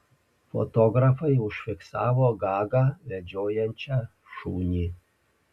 fotografai užfiksavo gagą vedžiojančią šunį